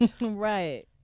Right